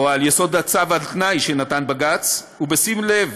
או על יסוד הצו על תנאי שנתן בג"ץ, ובשים לב